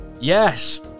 Yes